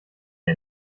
der